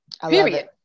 Period